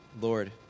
Lord